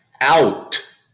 Out